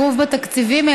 עיכוב בתקציבים,